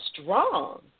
strong